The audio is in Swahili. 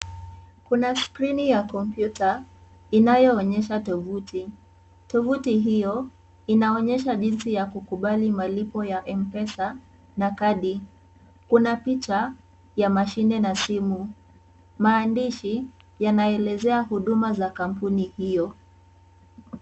Kuna skrini ya kompyuta inayoonyesha tovuti. Tovuti hiyo inaonyesha jinsi ya kukubali malipo ya Mpesa na kadi. Kuna picha ya mashine na simu. Maandishi yanaelezea Huduma za kampuni hiyo.